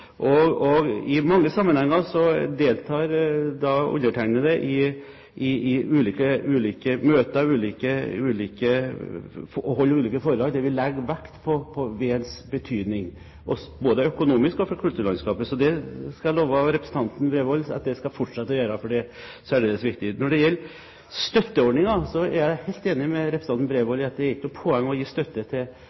I mange sammenhenger deltar jeg i ulike møter og holder ulike foredrag der vi legger vekt på vedens betydning, både økonomisk og for kulturlandskapet. Så det skal jeg love representanten Bredvold at jeg skal fortsette å gjøre, for det er særdeles viktig. Når det gjelder støtteordninger, er jeg helt enig med representanten Bredvold i at det ikke er noe poeng å gi støtte